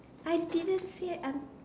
I didn't say I'm